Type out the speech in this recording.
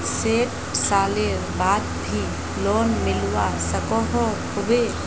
सैट सालेर बाद भी लोन मिलवा सकोहो होबे?